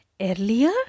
Earlier